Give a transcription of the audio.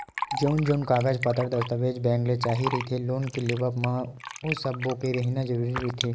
जउन जउन कागज पतर दस्ताबेज बेंक ल चाही रहिथे लोन के लेवब बर ओ सब्बो के रहिना जरुरी रहिथे